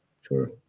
sure